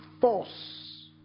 force